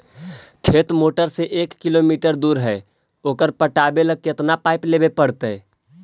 खेत मोटर से एक किलोमीटर दूर है ओकर पटाबे ल केतना पाइप लेबे पड़तै?